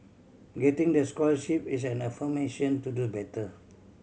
getting the scholarship is an affirmation to do better